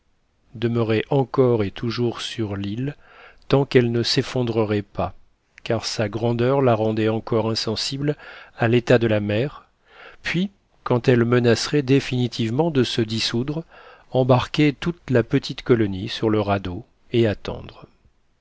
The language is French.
demeurer encore et toujours sur l'île tant qu'elle ne s'effondrerait pas car sa grandeur la rendait encore insensible à l'état de la mer puis quand elle menacerait définitivement de se dissoudre embarquer toute la petite colonie sur le radeau et attendre